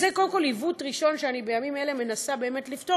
אז זה קודם כול עיוות ראשון שאני בימים אלה אני מנסה לפתור,